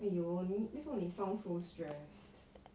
!aiyo! 你为什么你 sound so stressed